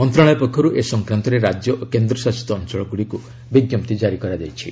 ମନ୍ତ୍ରଶାଳୟ ପକ୍ଷରୁ ଏ ସଂକ୍ରାନ୍ତରେ ରାଜ୍ୟ ଓ କେନ୍ଦ୍ର ଶାସିତ ଅଞ୍ଚଳଗୁଡ଼ିକୁ ବିଜ୍ଞପ୍ତି ଜାରି କରାଯାଇଛି